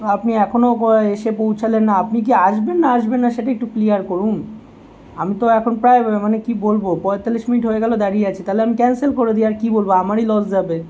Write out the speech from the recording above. আপনি এখনো এসে পৌঁছালেন না আপনি কি আসবেন না আসবেন না সেটা একটু ক্লিয়ার করুন আমি তো এখন প্রায় মানে কি বলবো পঁয়তাল্লিশ মিনিট হয়ে গেলো দাঁড়িয়ে আছি তালে আমি ক্যান্সেল করে দিই আর কি বলবো আমারই লস যাবে